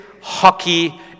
hockey